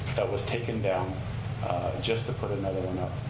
that was taken down just to put another one up.